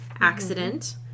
accident